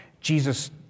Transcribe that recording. Jesus